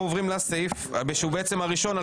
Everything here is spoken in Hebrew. שהוא סעיף א'